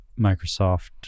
Microsoft